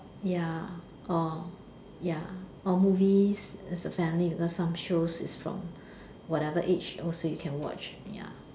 ya or ya or movies as a family or some shows is from whatever age also you can watch ya